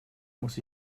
muss